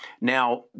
Now